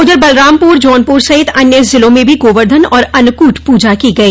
उधर बलरामपुर जौनपुर सहित अन्य जिलों म भी गोवर्धन और अन्नकूट पूजा की गई